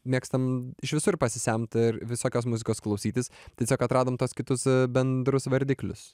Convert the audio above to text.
mėgstam iš visur pasisemt ir visokios muzikos klausytis tiesiog atradom tuos kitus bendrus vardiklius